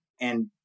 And-